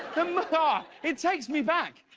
ah it takes me back,